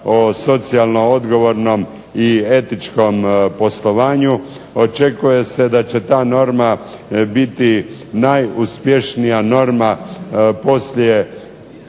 o socijalno odgovornom i etičkom poslovanju. Očekuje se da će ta norma biti najuspješnija norma poslije